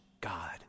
God